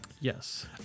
Yes